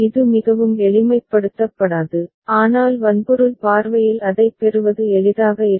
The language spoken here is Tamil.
இது மிகவும் எளிமைப்படுத்தப்படாது ஆனால் வன்பொருள் பார்வையில் அதைப் பெறுவது எளிதாக இருக்கும்